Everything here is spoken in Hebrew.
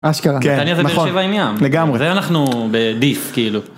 אשכרה. כן, נכון. נתניה זה באר שבע עם ים. לגמרי. זה אנחנו בדיס, כאילו.